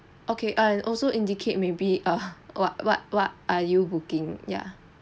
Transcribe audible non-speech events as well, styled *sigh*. okay and also indicate may be uh *laughs* what what what are you booking ya